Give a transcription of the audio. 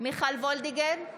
מיכל וולדיגר,